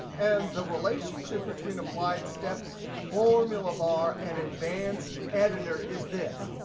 and the relationship between applied steps formula bar and advanced editor is this.